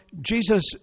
Jesus